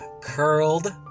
curled